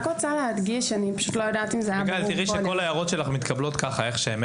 תיראי שכל ההערות שלך מתקבלות ככה איך שהן,